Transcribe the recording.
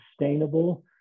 sustainable